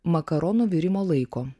makaronų virimo laiko